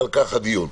ועל כך הדיון.